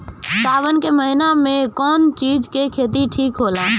सावन के महिना मे कौन चिज के खेती ठिक होला?